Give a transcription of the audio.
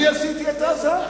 אני עשיתי את עזה?